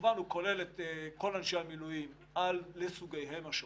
כמובן שהוא כולל את כל אנשי המילואים לסוגיהם השונים.